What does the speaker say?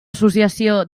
associació